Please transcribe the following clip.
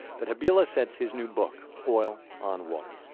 that habila sets his new book, oil on water.